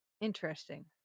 Interesting